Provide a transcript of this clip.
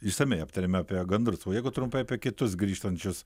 išsamiai aptarėme apie gandrus o jeigu trumpai apie kitus grįžtančius